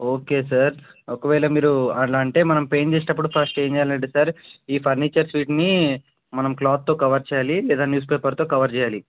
okay sir ఒకవేళ మీరు అలా అంటే మనం పేయింట్ చేసేటప్పుడు ఫస్ట్ ఏమి చేయాలంటే సార్ ఈ ఫర్నిచర్స్ వీటిని మనం క్లాత్తో కవర్ చేయాలి లేదా న్యూస్పేపర్తో కవర్ చేయాలి